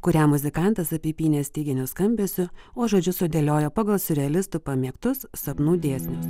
kurią muzikantas apipynęs styginių skambesiu o žodžius sudėliojo pagal siurrealistų pamėgtus sapnų dėsnius